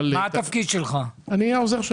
אני העוזר של